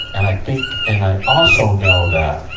and i think, and i also know that,